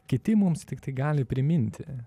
kiti mums tiktai gali priminti